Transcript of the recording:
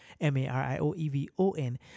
M-A-R-I-O-E-V-O-N